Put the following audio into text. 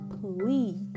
Please